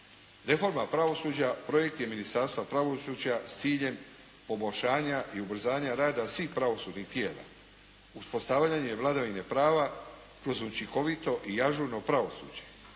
Reforma pravosuđa projekt je Ministarstva pravosuđa s ciljem poboljšanja i ubrzanja rada svih pravosudnih tijela. Uspostavljanje vladavine prava kroz učinkovito i ažurno pravosuđe.